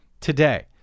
today